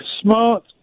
smart